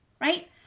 right